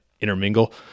intermingle